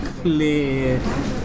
clear